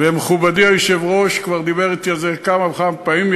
ומכובדי היושב-ראש כבר דיבר אתי על זה כמה וכמה פעמים.